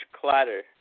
clatter